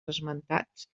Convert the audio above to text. esmentats